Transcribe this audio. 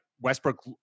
Westbrook